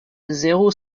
zéro